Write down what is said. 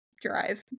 drive